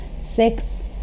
six